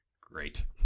Great